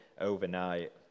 overnight